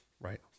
right